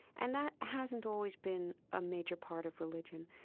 and that hasn't always been a major part of religion.